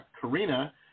Karina